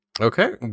Okay